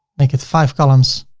make it five columns